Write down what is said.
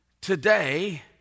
today